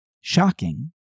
Shocking